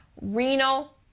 renal